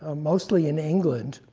ah mostly in england